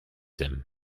him